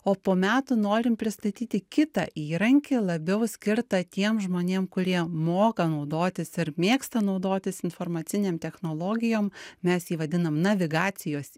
o po metų norim pristatyti kitą įrankį labiau skirtą tiem žmonėm kurie moka naudotis ir mėgsta naudotis informacinėm technologijom mes jį vadinam navigacijos